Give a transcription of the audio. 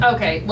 Okay